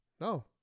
No